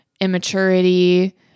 immaturity